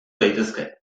daitezke